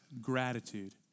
gratitude